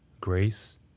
grace